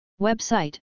Website